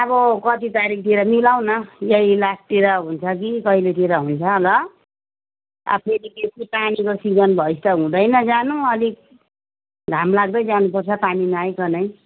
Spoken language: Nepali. अब कति तारिकतिर मिलाऊँ न यही लास्टतिर हुन्छ कि कहिलेतिर हुन्छ ल अब फेरि बेसी पानीको सिजन भएपछि त हुँदैन जानु अलिक घाम लाग्दै जानुपर्छ पानी नआइकनै